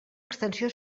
extensió